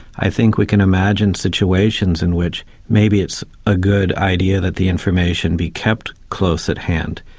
i think we can imagine situations in which maybe it's a good idea that the information be kept close at hand.